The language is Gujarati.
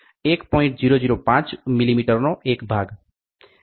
005 મિલીમીટરનો એક ભાગ